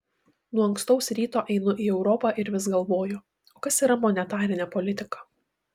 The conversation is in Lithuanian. nuo ankstaus ryto einu į europą ir vis galvoju o kas yra monetarinė politika